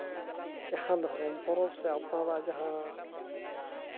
ᱫᱷᱚᱨᱚᱢ ᱯᱚᱨᱚᱵᱽ ᱥᱮ ᱟᱯᱱᱟᱨᱟᱜ ᱡᱟᱦᱟᱸ